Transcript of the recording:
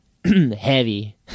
heavy